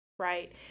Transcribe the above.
right